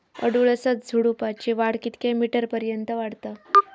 अडुळसा झुडूपाची वाढ कितक्या मीटर पर्यंत वाढता?